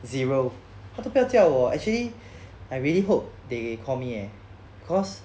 zero 他都不要叫我 actually I really hope they call me eh cause